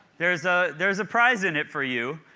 there's ah there's a prize in it for you.